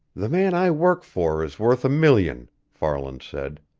the man i work for is worth a million, farland said.